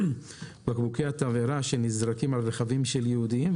בקבוקי התבערה שנזרקים על רכבים שהם יהודיים,